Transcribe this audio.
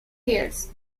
hills